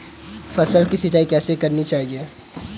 फसल की सिंचाई कैसे करनी चाहिए?